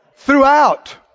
Throughout